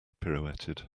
pirouetted